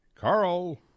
Carl